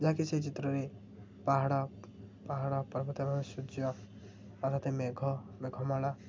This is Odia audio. ଯାହା କି ସେହି ଚିତ୍ରରେ ପାହାଡ଼ ପାହାଡ଼ ପର୍ବତ ଏବଂ ସୂର୍ଯ୍ୟ ଅଥତ ମେଘ ମେଘମାଳା